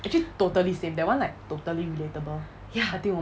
actually totally same that one like totally relatable until